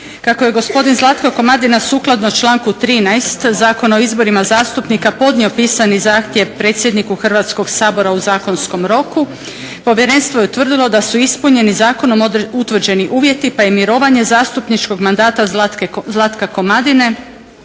Kako je gospodin Zlatko Komadina sukladno članku 13. Zakona o izborima zastupnika podnio pisani zahtjev predsjedniku Hrvatskog sabora u zakonskom roku povjerenstvo je utvrdilo da su ispunjeni zakonom utvrđeni uvjeti pa je mirovanje zastupničkog mandata Zlatka Komadine